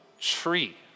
tree